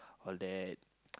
all that